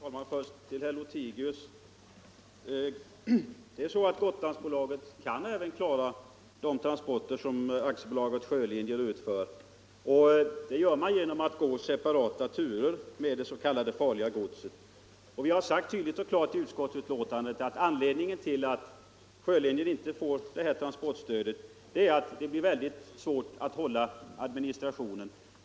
Herr talman! Först till herr Lothigius: Gotlandsbolaget kan klara även de transporter som AB Sjölinjer utför. Det gör man genom att gå separata turer med det s.k. farliga godset. Vi har sagt tydligt och klart i betänkandet att anledningen till att Sjölinjer inte får transportstödet är att det blir svårt att klara administrationen.